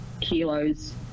kilos